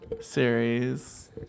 Series